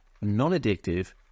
non-addictive